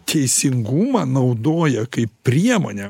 teisingumą naudoja kaip priemonę